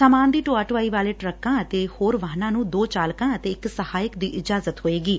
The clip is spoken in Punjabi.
ਸਮਾਨ ਦੀ ਢੋਆ ਢੋਆਈ ਵਾਲੇ ਸਾਰੇ ਟਰੱਕਾਂ ਅਤੇ ਹੋਰ ਵਾਹਨਾਂ ਨੂੰ ਦੋ ਚਾਲਕਾਂ ਅਤੇ ਇਕ ਸਹਾਇਕ ਦੀ ਇਜਾਜਤ ਹੋਏਗੀ